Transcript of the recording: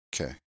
Okay